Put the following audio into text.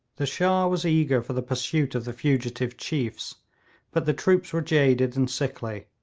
the shah was eager for the pursuit of the fugitive chiefs but the troops were jaded and sickly,